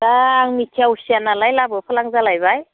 दा आं मिथिया हसिया नालाय लाबोफ्लां जालायबाय